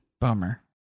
Bummer